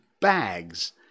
bags